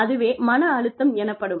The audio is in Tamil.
அதுவே மன அழுத்தம் எனப்படும்